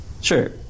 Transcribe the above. Sure